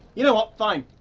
you know what, fine.